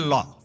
Law